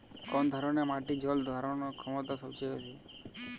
কোন ধরণের মাটির জল ধারণ ক্ষমতা সবচেয়ে বেশি?